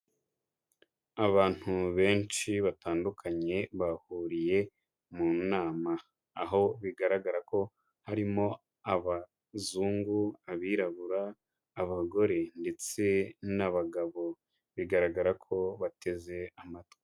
Abantu benshi batandukanye bahuriye mu nama, aho bigaragara ko harimo abazungu, abirabura, abagore ndetse n'abagabo bigaragara ko bateze amatwi.